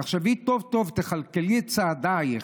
תחשבי טוב-טוב, תכלכלי את צעדייך,